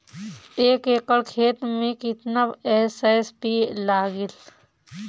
एक एकड़ खेत मे कितना एस.एस.पी लागिल?